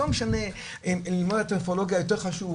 לא משנה ללמוד אנתרופולוגיה יותר חשוב,